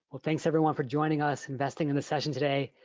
well thanks everyone for joining us, investing in the session today.